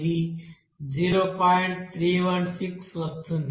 316 వస్తోంది